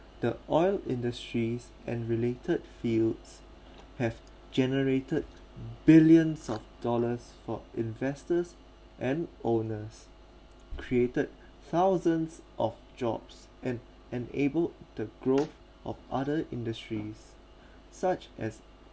the oil industries and related fields have generated billions of dollars for investors and owners created thousands of jobs and enable the growth of other industries such as